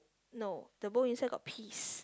no the bowl inside got peas